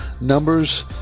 numbers